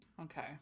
Okay